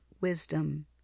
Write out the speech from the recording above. wisdom